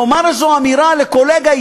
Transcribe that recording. יאמר איזו אמירה לקולגה,